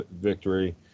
victory